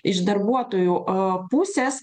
iš darbuotojų a pusės